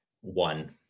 one